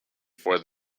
before